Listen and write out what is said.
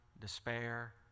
despair